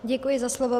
Děkuji za slovo.